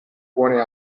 buone